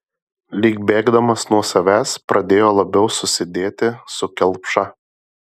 lyg bėgdamas nuo savęs pradėjo labiau susidėti su kelpša